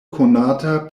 konata